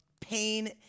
pain